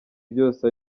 byose